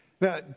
Now